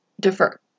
defer